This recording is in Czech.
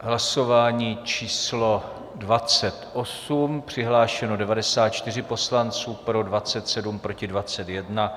Hlasování číslo 28, přihlášeno 94 poslanců, pro 27, proti 21.